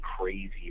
crazy